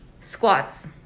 Squats